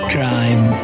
Crime